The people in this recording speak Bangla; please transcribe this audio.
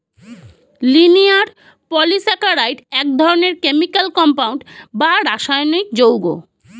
লিনিয়ার পলিস্যাকারাইড এক ধরনের কেমিকাল কম্পাউন্ড বা রাসায়নিক যৌগ